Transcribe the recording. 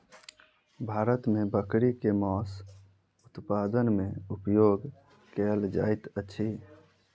भारत मे बकरी के मौस उत्पादन मे उपयोग कयल जाइत अछि